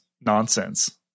nonsense